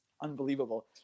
unbelievable